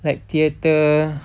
like theatre